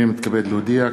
הנני מתכבד להודיע,